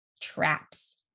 traps